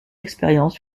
expérience